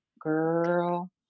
girl